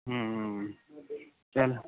ਹੂੰ ਚਲ